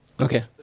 Okay